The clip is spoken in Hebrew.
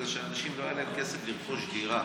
בגלל שלאנשים לא היה כסף לקנות דירה,